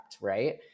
right